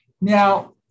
Now